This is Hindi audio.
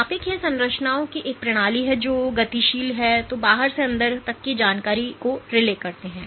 नाभिक यह संरचनाओं की एक प्रणाली हैजो गतिशील हैं जो बाहर से अंदर तक की जानकारी को रिले करते हैं